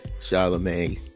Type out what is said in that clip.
Charlemagne